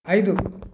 ఐదు